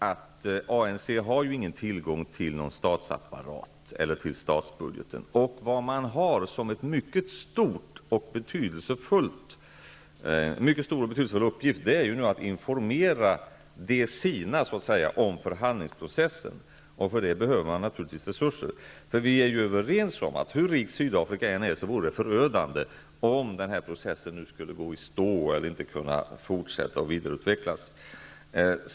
ANC har inte tillgång till någon statsapparat eller till statsbudgeten, och man har nu som en mycket stor och betydelsefull uppgift att informera de sina, så att säga, om förhandlingsprocessen. För det behövs naturligtvis resurser. Vi är ju överens om att hur rikt Sydafrika än är, vore det förödande om den processen nu skulle gå i stå eller inte kunna fortsätta och vidareutvecklas.